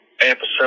episode